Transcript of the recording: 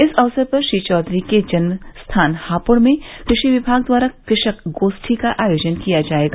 इस अवसर पर श्री चौधरी के जन्म स्थान हापूड़ में कृषि विभाग द्वारा कृषक गोप्ठी का आयोजन किया जायेगा